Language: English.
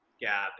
gap